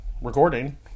recording